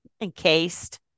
encased